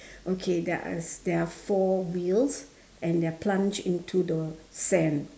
okay there are there are four wheels and they are plunged into the sand